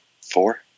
Four